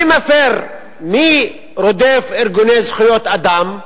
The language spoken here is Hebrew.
מי רודף ארגוני זכויות אדם?